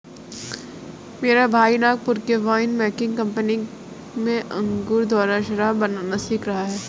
मेरा भाई नागपुर के वाइन मेकिंग कंपनी में अंगूर द्वारा शराब बनाना सीख रहा है